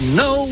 no